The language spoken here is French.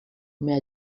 mais